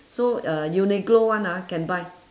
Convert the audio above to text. so uh uniqlo one ah can buy